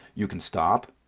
you can stop,